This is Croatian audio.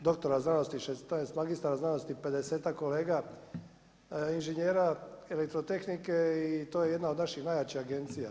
doktora znanosti i 16 magistara znanosti i 50-tak kolega inženjera elektrotehnike i to je jedna od naših najjačih agencija.